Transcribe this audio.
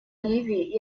ливии